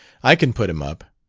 i can put him up.